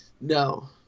No